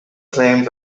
claims